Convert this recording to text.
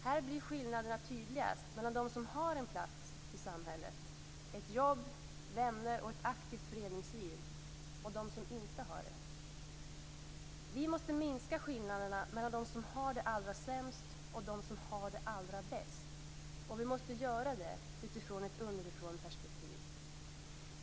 Här blir skillnaderna tydligast mellan dem som har en plats i samhället, ett jobb, vänner och ett aktivt föreningsliv och dem som inte har det. Vi måste minska skillnaderna mellan dem som har det allra sämst och dem som har det allra bäst. Vi måste göra det utifrån ett underifrånperspektiv.